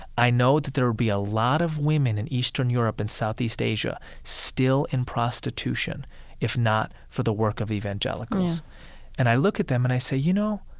i know that there would be a lot of women in eastern europe and southeast asia still in prostitution if not for the work of evangelicals yeah and i look at them and i say, you know,